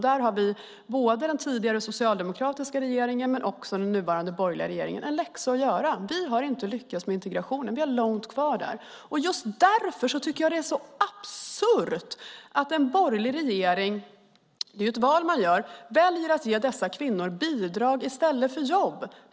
Där har både den tidigare socialdemokratiska regeringen och också den nuvarande borgerliga regeringen en läxa att göra. Vi har inte lyckats med integrationen, vi har långt kvar. Just därför tycker jag att det är så absurt att en borgerlig regering väljer - det är ett val - att ge dessa kvinnor bidrag i stället för jobb.